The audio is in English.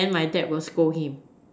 then my dad will scold him